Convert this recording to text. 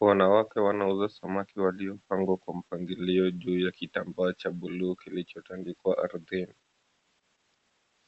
Wanawake wanauza samaki waliopangwa kwa mpangilio juu ya kitambaa cha buluu kilichotandikwa ardhini.